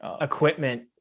equipment